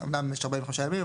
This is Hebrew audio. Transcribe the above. אמנם יש 45 ימים,